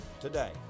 today